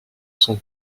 son